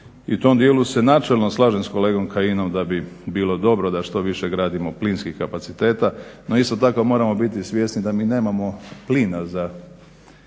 I u tom dijelu se načelno slažem sa kolegom Kajinom da bi bilo dobro da što više gradimo plinskih kapaciteta, no isto tako moramo biti i svjesni da mi nemamo plina za